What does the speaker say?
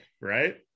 right